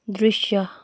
दृश्य